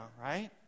right